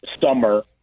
summer